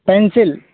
pencil